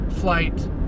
flight